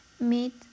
meet